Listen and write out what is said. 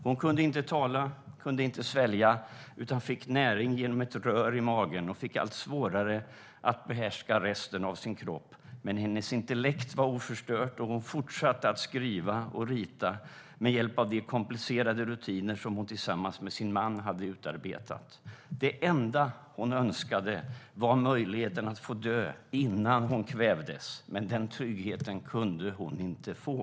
Hon kunde inte tala, kunde inte svälja utan fick näring genom ett rör i magen och fick allt svårare att behärska resten av sin kropp, men hennes intellekt var oförstört och hon fortsatte skriva och rita med hjälp av de komplicerade rutiner som hon tillsammans med sin man hade utarbetat. Det enda hon önskade var möjligheten att få dö innan hon kvävdes, men den tryggheten kunde hon inte få."